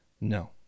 No